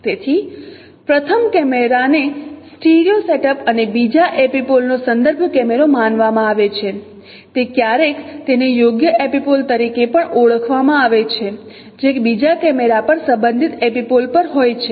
તેથી પ્રથમ કેમેરોને સ્ટીરિયો સેટઅપ અને બીજો એપિપોલનો સંદર્ભ કેમેરો માનવામાં આવે છે તે ક્યારેક તેને યોગ્ય એપિપોલ તરીકે પણ ઓળખવામાં આવે છે જે બીજા કેમેરા પર સંબંધિત એપિપોલ પર હોય છે